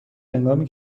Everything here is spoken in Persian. هنگامی